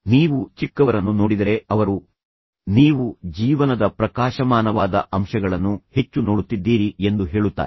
ನೀವು ಚಿಕ್ಕವರನ್ನು ನೋಡಿದರೆ ಅವರು ನೀವು ಜೀವನದ ಪ್ರಕಾಶಮಾನವಾದ ಅಂಶಗಳನ್ನು ಹೆಚ್ಚು ನೋಡುತ್ತಿದ್ದೀರಿ ಎಂದು ಹೇಳುತ್ತಾರೆ